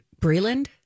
Breland